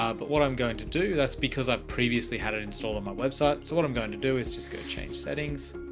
ah but what i'm going to do. that's because i've previously had it installed on my website. so what i'm going to do is just go change settings.